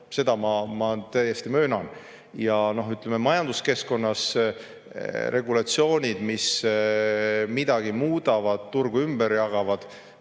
Seda ma täiesti möönan. Ja majanduskeskkonna regulatsioonid, mis midagi muudavad, turgu ümber jagavad,